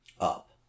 up